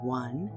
one